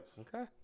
Okay